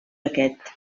aquest